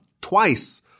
twice